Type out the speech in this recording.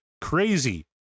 Crazy